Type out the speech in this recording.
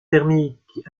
thermiques